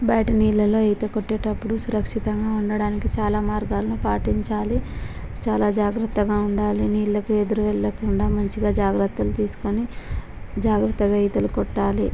బయట నీళ్ళలో ఈత కొట్టేటప్పుడు సురక్షితంగా ఉండటానికి చాలా మార్గాలను పాటించాలి చాలా జాగ్రత్తగా ఉండాలి నీళ్ళకు ఎదురు వెళ్ళకుండా మంచిగా జాగ్రత్తలు తీసుకొని జాగ్రత్తగా ఈతలు కొట్టాలి